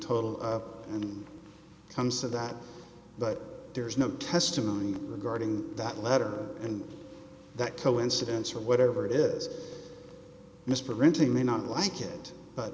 total and comes to that but there is no testimony regarding that letter and that coincidence or whatever it is mr renting may not like it but